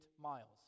miles